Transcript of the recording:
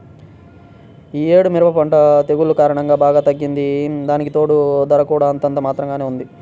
యీ యేడు మిరప పంట తెగుల్ల కారణంగా బాగా తగ్గింది, దానికితోడూ ధర కూడా అంతంత మాత్రంగానే ఉంది